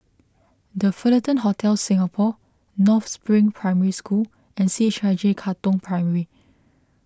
the Fullerton Hotel Singapore North Spring Primary School and C H I J Katong Primary